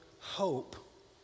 hope